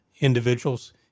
individuals